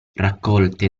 raccolte